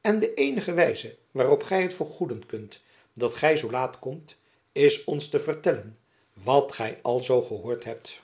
en de eenige wijze waarop gy het vergoeden kunt dat gy zoo laat komt is ons te vertellen wat gy al zoo gehoord hebt